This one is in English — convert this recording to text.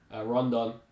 Rondon